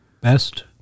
Best